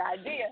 idea